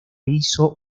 hizo